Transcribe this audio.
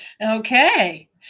Okay